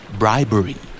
bribery